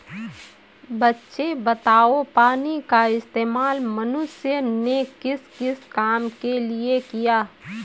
बच्चे बताओ पानी का इस्तेमाल मनुष्य ने किस किस काम के लिए किया?